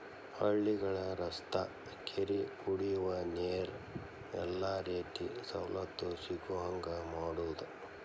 ಹಳ್ಳಿಗಳ ರಸ್ತಾ ಕೆರಿ ಕುಡಿಯುವ ನೇರ ಎಲ್ಲಾ ರೇತಿ ಸವಲತ್ತು ಸಿಗುಹಂಗ ಮಾಡುದ